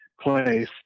place